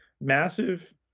massive